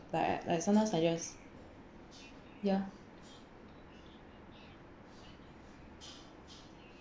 like like sometimes I just ya